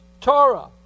Torah